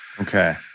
Okay